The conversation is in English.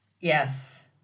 Yes